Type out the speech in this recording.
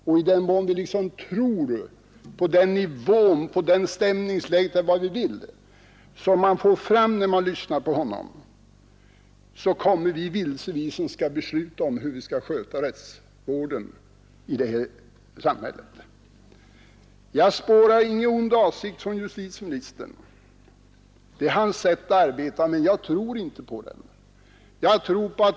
Om vi tror på den stämning som uppkommer då man lyssnar till honom, kommer vi vilse vi som skall sköta rättsvården i detta samhälle. Jag spårar ingen ond avsikt hos justitieministern. Detta är hans sätt att arbeta, men jag tror inte på det.